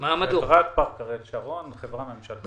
חברת פארק אריאל שרון, זאת חברה ממשלית.